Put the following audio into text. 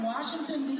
Washington